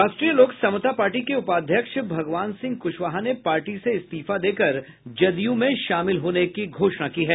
राष्ट्रीय लोक समता पार्टी के उपाध्यक्ष भगवान सिंह कुशवाहा ने पार्टी से इस्तीफा देकर जदयू में शामिल होने की घोषणा की है